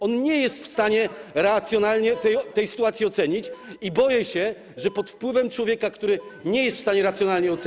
On nie jest w stanie racjonalnie tej sytuacji ocenić, i boję się, że pod wpływem człowieka, który nie jest w stanie racjonalnie tego ocenić.